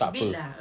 takpe